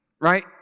right